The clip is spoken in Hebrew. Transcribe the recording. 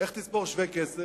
איך תספור שווה כסף?